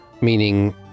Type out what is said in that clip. meaning